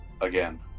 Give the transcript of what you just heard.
again